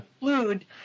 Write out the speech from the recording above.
include